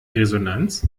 resonanz